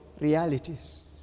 realities